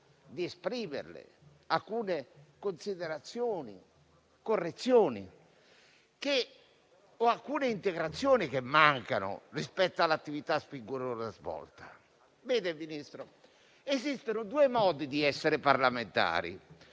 esistono due modi di essere parlamentari: